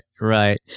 right